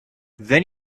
then